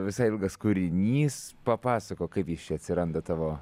visai ilgas kūrinys papasakok kaip jis čia atsiranda tavo